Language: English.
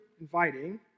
inviting